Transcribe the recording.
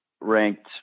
ranked